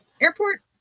Airport